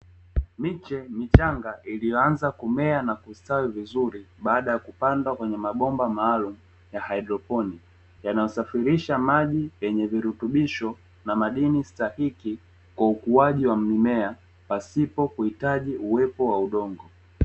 Miche michanga iliyoanza kumea na kustawi vizuri baada ya kupandwa kwenye mabomba maalum ya haidroponi, yanayosafirisha maji yenye virutubisho na madini stahiki kwa ukuaji wa mimea pasipo kuhitaji uwepo wa udongo.